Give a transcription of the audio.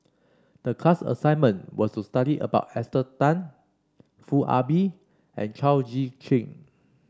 the class assignment was to study about Esther Tan Foo Ah Bee and Chao Tzee Cheng